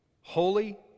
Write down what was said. holy